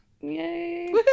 Yay